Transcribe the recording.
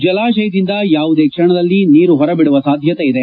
ಜಲಾಶಯದಿಂದ ಯಾವುದೇ ಕ್ಷಣದಲ್ಲಿ ನೀರನ್ನು ಹೊರಬಿಡುವ ಸಾಧ್ಯತೆ ಇದೆ